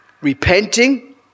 repenting